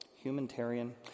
Humanitarian